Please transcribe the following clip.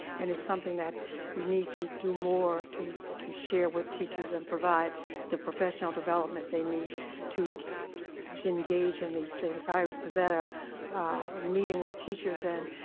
and it's something that we need to do more to to share with teachers and provide the professional development they need to engage in these things. i was at a meeting with teachers and